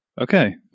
Okay